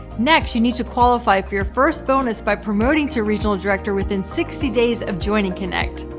next, you need to qualify for your first bonus by promoting to regional director within sixty days of joining kynect.